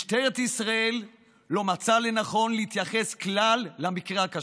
משטרת ישראל לא מצאה לנכון להתייחס כלל למקרה הקשה.